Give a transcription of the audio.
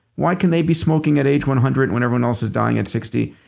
why can they be smoking at age one hundred when everyone else is dying at sixty?